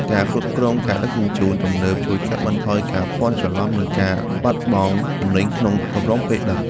ប្រព័ន្ធគ្រប់គ្រងការដឹកជញ្ជូនទំនើប ជួយកាត់បន្ថយការភ័ន្តច្រឡំនិងការបាត់បង់ទំនិញក្នុងកំឡុងពេលដឹក។